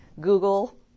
Google